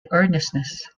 earnestness